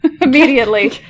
Immediately